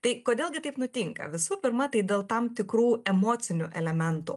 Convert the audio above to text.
tai kodėl gi taip nutinka visų pirma tai dėl tam tikrų emocinių elementų